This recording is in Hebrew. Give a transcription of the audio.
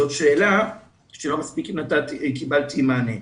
זאת שאלה שלא מספיק קיבלתי מענה עליה.